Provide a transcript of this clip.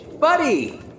Buddy